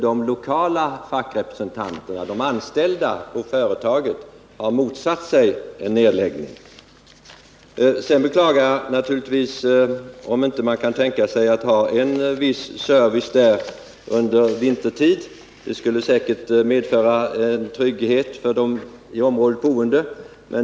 De lokala fackrepresentanterna, de anställda på företaget, har däremot motsatt sig att en nedläggning skulle ske. Sedan beklagar jag naturligtvis om man inte kan tänka sig att ha viss service i detta hänseende vintertid. Det skulle säkerligen medföra trygghet för de i området boende, om man kunde lämna sådan service.